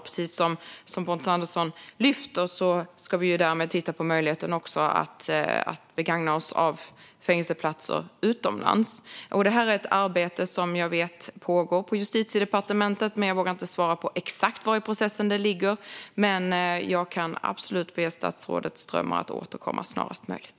Därmed ska vi titta på möjligheten som Pontus Andersson lyfter fram att begagna oss av fängelseplatser utomlands. Det här är ett arbete som jag vet pågår på Justitiedepartementet. Jag vågar inte svara på exakt var i processen det ligger, men jag kan absolut be statsrådet Strömmer att återkomma snarast möjligt.